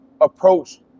approach